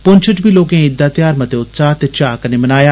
पुंछ च बी लोकें ईद दा ध्यार मते उत्साह ते चाएं कन्नै मनाया